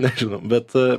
nežinau bet